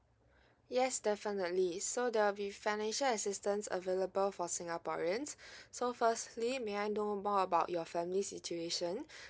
yes definitely so there'll be financial assistance available for singaporeans so firstly may I know more about your family situation